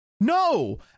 No